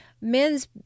men's